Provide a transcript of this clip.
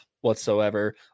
whatsoever